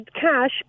cash